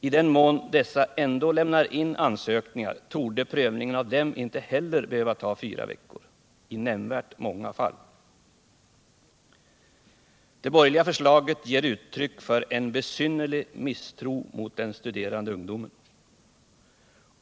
I den mån de ändå lämnar in ansökningar torde prövningen av dem inte heller behöva ta fyra veckor i nämnvärt antal fall. Det borgerliga förslaget ger uttryck för en besynnerlig misstro mot den studerande ungdomen.